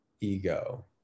ego